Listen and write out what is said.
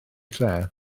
lle